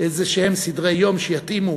איזשהם סדרי-יום שיתאימו.